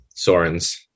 Sorens